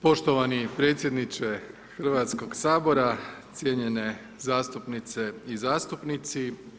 Poštovani predsjedniče Hrvatskog sabora, cijenjene zastupnice i zastupnici.